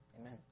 amen